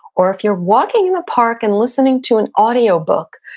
or if you're walking in the park and listening to an audiobook,